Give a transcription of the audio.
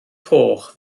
coch